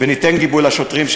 וניתן גיבוי לשוטרים,